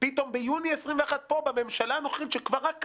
פתאום ביוני 2021, פה, בממשלה הנוכחית שרק קמה,